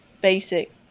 basic